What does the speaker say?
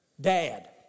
Dad